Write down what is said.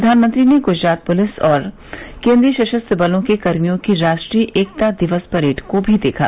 प्रधानमंत्री ने गुजरात पुलिस और केन्द्रीय सशस्त्र बलों के कर्मियों की राष्ट्रीय एकता दिवस परेड को भी देखा